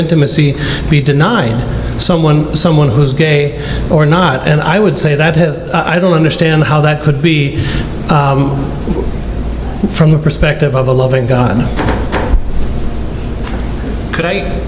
intimacy be denying someone someone who is gay or not and i would say that i don't understand how that could be from the perspective of a loving god